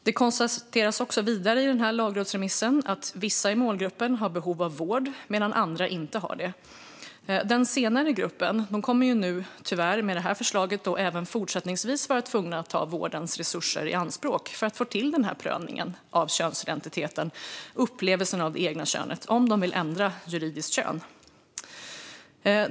I lagrådsremissen konstateras vidare att vissa i målgruppen har behov av vård medan andra inte har det. Den senare gruppen kommer nu tyvärr, med detta förslag, att även fortsättningsvis vara tvungna att ta vårdens resurser i anspråk för att få till en prövning av könsidentiteten och upplevelsen av det egna könet, om de vill ändra juridiskt kön.